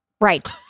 Right